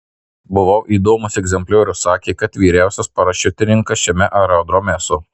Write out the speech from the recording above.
buvau įdomus egzempliorius sakė kad vyriausias parašiutininkas šiame aerodrome esu